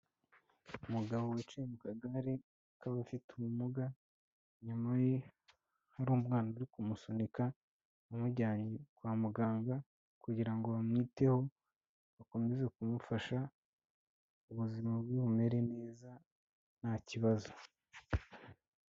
Umugabo wicaye mu kagare k'abafite ubumuga, inyuma ye hari umwana uri kumusunika, amujyanye kwa muganga, kugira ngo bamwiteho, bakomeze kumufasha, ubuzima bwe bumere neza nta kibazo.